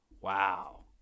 Wow